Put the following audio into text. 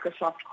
Microsoft